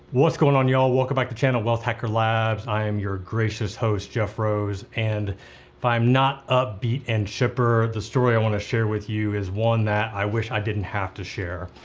what's going on, y'all? welcome back to channel wealth hacker labs. i'm your gracious host, jeff rose, and if i'm not upbeat and chipper, the story i want to share with you is one that i wish i didn't have to share,